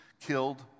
killed